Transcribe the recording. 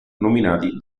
nominati